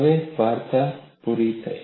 હવે વાર્તા પૂર્ણ થઈ છે